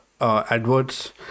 adverts